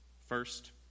First